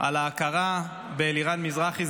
על ההכרה באלירן מזרחי,